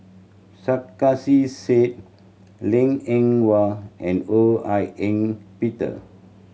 Sarkasi Said Liang Eng Hwa and Ho Hak Ean Peter